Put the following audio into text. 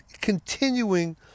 continuing